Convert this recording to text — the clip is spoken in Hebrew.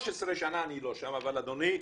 שנה אני לא שם אבל אדוני,